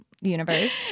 universe